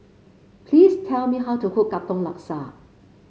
please tell me how to cook Katong Laksa